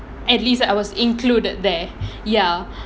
at least I was included there ya